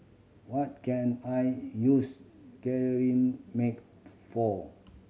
what can I use Cetrimide for